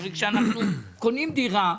הרי כשאנחנו קונים דירה,